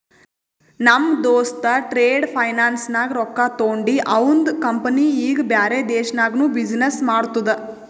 ನಮ್ ದೋಸ್ತ trade finance ನಾಗ್ ರೊಕ್ಕಾ ತೊಂಡಿ ಅವಂದ ಕಂಪನಿ ಈಗ ಬ್ಯಾರೆ ದೇಶನಾಗ್ನು ಬಿಸಿನ್ನೆಸ್ ಮಾಡ್ತುದ